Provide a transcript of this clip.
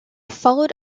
followed